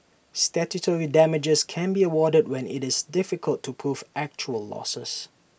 statutory damages can be awarded when IT is difficult to prove actual losses